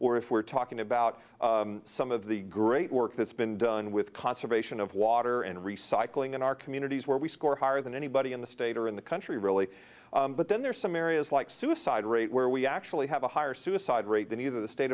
or if we're talking about some of the great work that's been done with conservation of water and recycling in our communities where we score higher than anybody in the state or in the country really but then there are some areas like suicide rate where we actually have a higher suicide rate than either the state